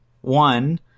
one